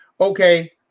Okay